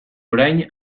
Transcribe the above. orain